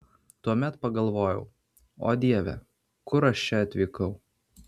tuomet pagalvojau o dieve kur aš čia atvykau